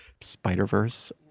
Spider-Verse